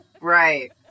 right